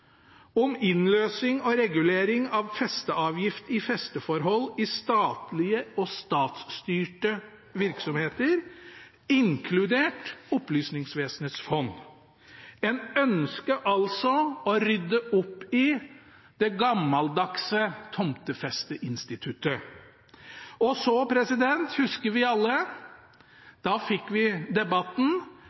om innløsing og regulering av festeavgift i festeforhold i statlige og statsstyrte virksomheter, inkludert Opplysningsvesenets fond. En ønsket altså å rydde opp i det gammeldagse tomtefesteinstituttet. Så husker vi alle at da fikk vi debatten: